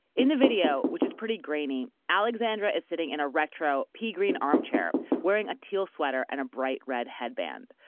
in the video, which is pretty grainy, alexandra is sitting in a retro, pea-green armchair wearing a teal sweater and a bright red headband.